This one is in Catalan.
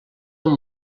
amb